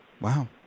Wow